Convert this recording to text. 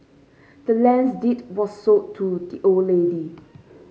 the land's deed was sold to the old lady